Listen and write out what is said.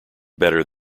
better